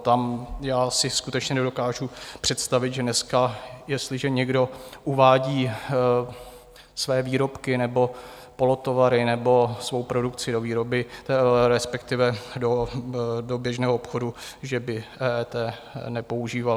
Tam já si skutečně nedokážu představit, že dneska, jestliže někdo uvádí své výrobky nebo polotovary nebo svou produkci do výroby, respektive do běžného obchodu, že by EET nepoužíval.